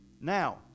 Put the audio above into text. now